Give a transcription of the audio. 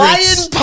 Lion